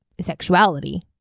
sexuality